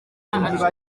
meza